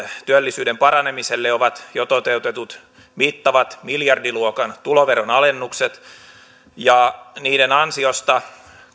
työllisyyden paranemiselle ovat jo toteutetut mittavat miljardiluokan tuloveronalennukset niiden ansiosta